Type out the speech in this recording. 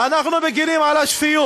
אנחנו מגינים על השפיות.